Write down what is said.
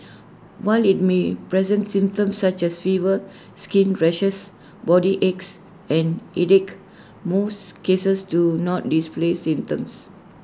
while IT may present symptoms such as fever skin rashes body aches and headache most cases do not display symptoms